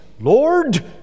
Lord